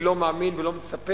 אני לא מאמין ולא מצפה,